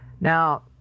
now